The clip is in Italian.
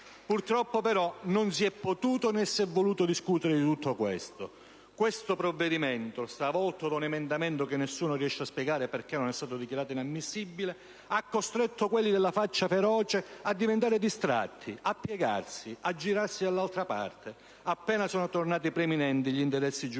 Purtroppo, però, non si è potuto né si è voluto discutere di tutto questo. Questo provvedimento (stravolto da un emendamento che nessuno riesce a spiegare perché non sia stato dichiarato inammissibile) ha costretto quelli della "faccia feroce" a diventare distratti, a piegarsi e a girarsi dall'altra parte appena sono tornati preminenti gli interessi giudiziari